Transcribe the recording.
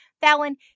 Fallon